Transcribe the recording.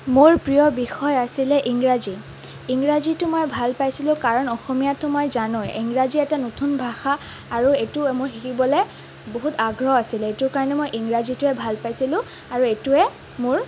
মোৰ প্ৰিয় বিষয় আছিলে ইংৰাজী ইংৰাজীটো মই ভাল পাইছিলোঁ কাৰণ অসমীয়াটো মই জানো ইংৰাজী এটা নতুন ভাষা আৰু এইটো মোৰ শিকিবলৈ বহুত আগ্ৰহ আছিলে এইটোৰ কাৰণে মই ইংৰাজীটোৱে ভাল পাইছিলোঁ আৰু এইটোৱে মোৰ